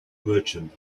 merchant